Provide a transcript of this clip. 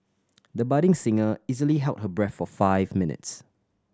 the budding singer easily held her breath for five minutes